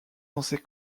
censées